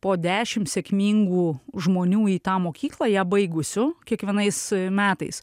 po dešim sėkmingų žmonių į tą mokyklą ją baigusių kiekvienais metais